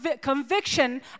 conviction